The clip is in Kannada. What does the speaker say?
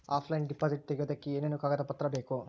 ಆಫ್ಲೈನ್ ಡಿಪಾಸಿಟ್ ತೆಗಿಯೋದಕ್ಕೆ ಏನೇನು ಕಾಗದ ಪತ್ರ ಬೇಕು?